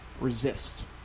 resist